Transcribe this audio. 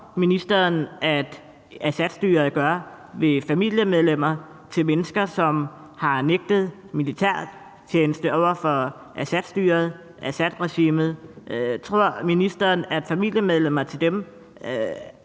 tror ministeren at Assadstyret gør ved familiemedlemmer til mennesker, som har nægtet militærtjeneste over for Assadstyret, Assadregimet? Tror ministeren, at familiemedlemmer til dem